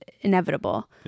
inevitable